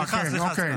סליחה, סליחה.